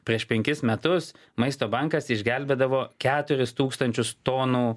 prieš penkis metus maisto bankas išgelbėdavo keturis tūkstančius tonų